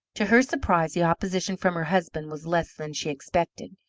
to her surprise, the opposition from her husband was less than she expected.